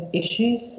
issues